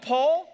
Paul